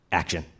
action